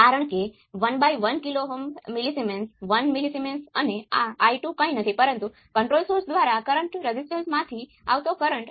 તેથી આ તમને Vs Gs ને y11 Gs × V1 y11 V2 બનવા માટે આપે છે